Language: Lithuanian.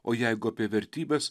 o jeigu apie vertybes